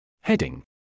Heading